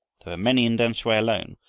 there were many in tamsui alone,